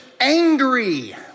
angry